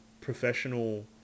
professional